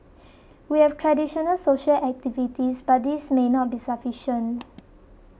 we have traditional social activities but these may not be sufficient